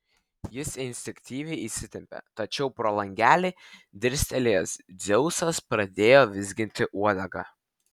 jis instinktyviai įsitempė tačiau pro langelį dirstelėjęs dzeusas pradėjo vizginti uodegą